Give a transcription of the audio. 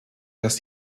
dass